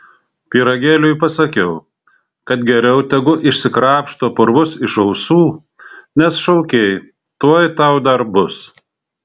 pyragėliui pasakiau kad geriau tegu išsikrapšto purvus iš ausų nes šaukei tuoj tau dar bus